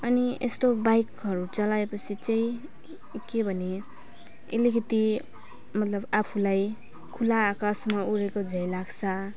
अनि यस्तो बाइकहरू चलाएपछि चाहिँ के भने अलिकति मतलब आफूलाई खुल्ला आकाशमा उडेको झैँ लाग्छ